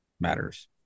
matters